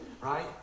right